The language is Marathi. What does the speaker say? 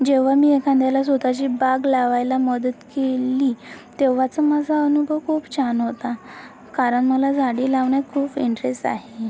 जेव्वा मी एखांद्याला स्वताची बाग लावायला मदत केल्ली तेव्वाचा माजा अनुबव खूप छान ओता कारन मला झाडे लावन्यात खूफ इंट्रेस आहे